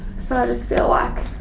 so i just feel like,